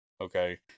okay